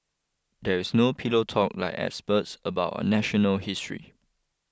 there is no pillow talk like excerpts about our national history